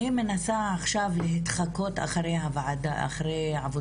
אני מנסה עכשיו להתחקות אחרי עבודת